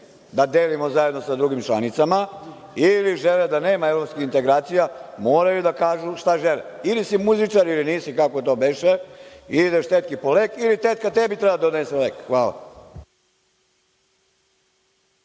da delimo zajedno sa drugim članicama, ili žele da nema evropskih integracija, moraju da kažu šta žele. Ili si muzičar ili nisi, kako to beše, ideš tetki po lek, ili tetka tebi treba da donese lek. Hvala.